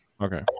Okay